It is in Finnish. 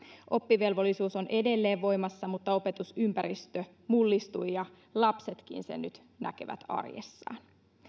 oppivelvollisuus on edelleen voimassa mutta opetusympäristö mullistui ja lapsetkin sen nyt näkevät arjessaan